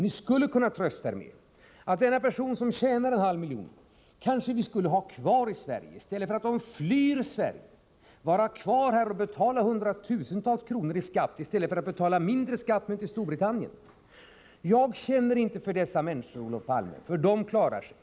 Ni skulle väl kunna trösta er med att ni kanske borde ha kvar den person som har en halv miljon i inkomst i stället för att han flyr från Sverige, dvs. vara kvar här och betala hundratusentals kronor i skatt i stället för att betala mindre skatt och då till Storbritannien. Jag ömmar inte speciellt för dessa människor, Olof Palme, för de klarar sig.